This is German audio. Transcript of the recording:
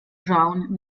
schauen